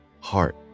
heart